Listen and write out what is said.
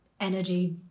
energy